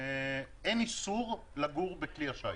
אין איסור לגור בכלי השיט.